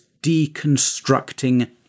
deconstructing